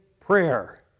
prayer